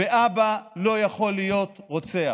ואבא לא יכול להיות רוצח.